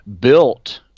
built